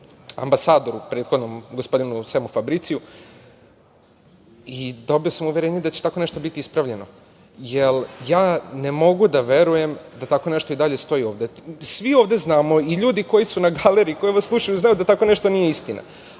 ambasadoru prethodnom gospodinu Semu Fabriciju i dobio sam uverenje da će tako nešto biti ispravljeno, jer ja ne mogu da verujem da tako nešto i dalje stoji ovde. Svi ovde znamo, i ljudi koji su na galeriji i koji ovo slušaju znaju da tako nešto nije istina,